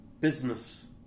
business